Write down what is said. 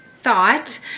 Thought